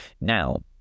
Now